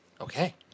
Okay